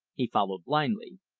he followed blindly.